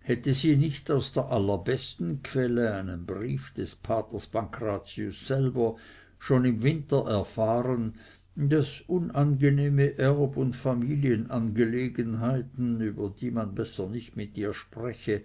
hätte sie nicht aus der allerbesten quelle einem briefe des paters pancratius selber schon im winter erfahren daß unangenehme erb und familienangelegenheiten über die man besser nicht mit ihr spreche